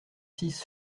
six